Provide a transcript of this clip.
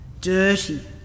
dirty